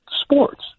sports